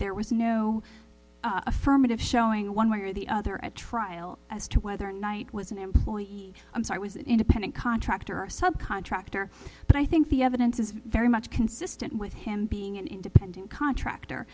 there was no affirmative showing one way or the other at trial as to whether knight was an employee i'm so i was an independent contractor or sub contractor but i think the evidence is very much consistent with him being an independent contractor